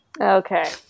Okay